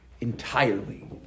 entirely